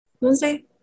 Wednesday